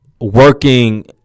working